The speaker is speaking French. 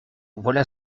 voilà